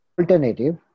alternative